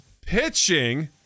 pitching